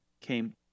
came